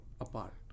apart